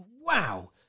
wow